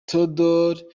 theodore